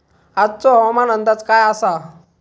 आजचो हवामान अंदाज काय आसा?